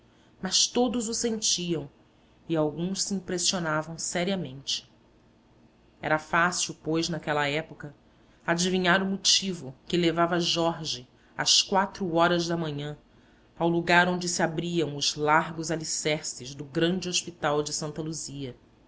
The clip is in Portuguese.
mas todos o sentiam e alguns se impressionavam seriamente era fácil pois naquela época adivinhar o motivo que levava jorge às quatro horas da manhã ao lugar onde se abriam os largos alicerces do grande hospital de santa luzia